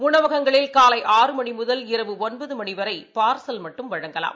உணவகங்களில் காலை ஆறு மணிமுதல் இரவு ஒன்பதுமணிவரைபாா்சல் மட்டும் வழங்கலாம்